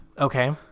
Okay